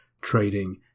trading